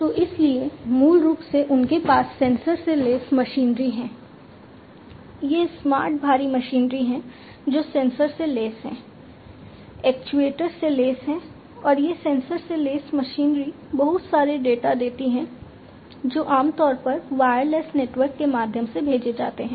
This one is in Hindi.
तो इसलिए मूल रूप से उनके पास सेंसर से लैस मशीनरी है ये स्मार्ट भारी मशीनरी हैं जो सेंसर से लैस हैं एक्ट्यूएटर से लैस हैं और ये सेंसर से लैस मशीनरी बहुत सारे डेटा देती हैं जो आमतौर पर वायरलेस नेटवर्क के माध्यम से भेजे जाते हैं